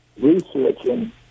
researching